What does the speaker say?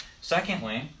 Secondly